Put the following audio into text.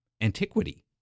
antiquity